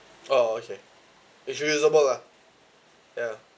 oh okay actually it's usable lah ya